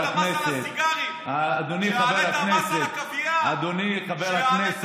חבר הכנסת קרעי, אני קורא אותך לסדר.